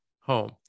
home